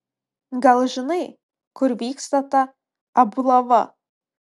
gal žinai kur vyksta ta ablava